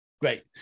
Great